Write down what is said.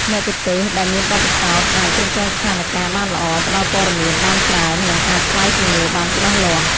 មគ្គុទ្ទេសក៍ដែលមានបទពិសោធន៍អាច គ្រប់គ្រងស្ថានការណ៍បានល្អ ផ្តល់ព័ត៌មានបានច្រើន និងអាចឆ្លើយសំណួរបានច្បាស់លាស់។